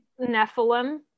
Nephilim